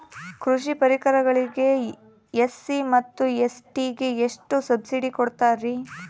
ಕೃಷಿ ಪರಿಕರಗಳಿಗೆ ಎಸ್.ಸಿ ಮತ್ತು ಎಸ್.ಟಿ ಗೆ ಎಷ್ಟು ಸಬ್ಸಿಡಿ ಕೊಡುತ್ತಾರ್ರಿ?